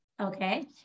okay